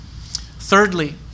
Thirdly